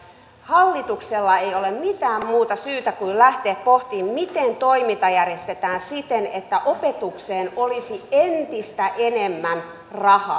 hallitus ei voi mitään muuta kuin lähteä pohtimaan miten toiminta järjestetään siten että opetukseen olisi entistä enemmän rahaa